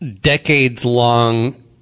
decades-long